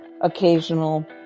occasional